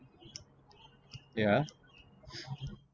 yeah